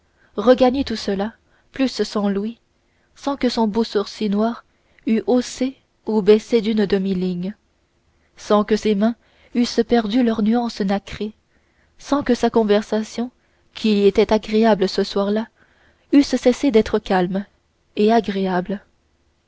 regagner tout cela plus cent louis sans que son beau sourcil noir eût haussé ou baissé d'une demi ligne sans que ses mains eussent perdu leur nuance nacrée sans que sa conversation qui était agréable ce soir-là eût cessé d'être calme et agréable